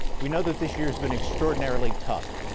we know that this year has been extraordinarily tough.